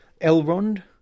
Elrond